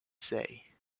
say